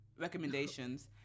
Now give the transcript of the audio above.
recommendations